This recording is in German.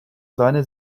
seine